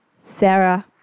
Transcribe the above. Sarah